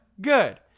good